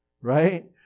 right